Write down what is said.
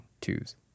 twos